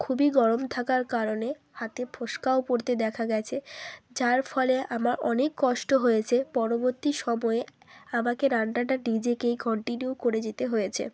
খুবই গরম থাকার কারণে হাতে ফোস্কাও পড়তে দেখা গিয়েছে যার ফলে আমার অনেক কষ্ট হয়েছে পরবর্তী সময়ে আমাকে রান্নাটা নিজেকেই কন্টিনিউ করে যেতে হয়েছে